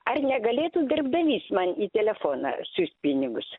ar negalėtų darbdavys man į telefoną siųst pinigus